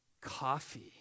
Coffee